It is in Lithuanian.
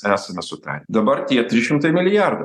esame sutarę dabar tie trys šimtai milijardų